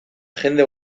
jende